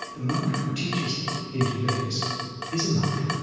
the monk who teaches the hindu vedas is a monk,